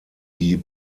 die